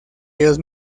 ellos